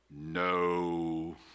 no